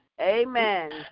Amen